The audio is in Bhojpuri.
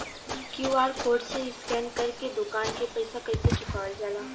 क्यू.आर कोड से स्कैन कर के दुकान के पैसा कैसे चुकावल जाला?